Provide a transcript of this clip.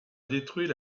détruit